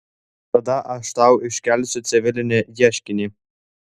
tada aš tau iškelsiu civilinį ieškinį